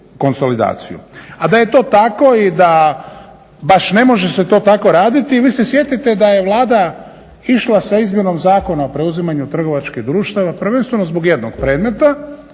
A da je to tako i da baš ne može se to tako raditi, vi se sjetite da je Vlada išla sa izmjenom Zakona o preuzimanju trgovačkih društava prvenstveno zbog jednog predmeta,